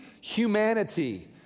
humanity